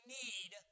need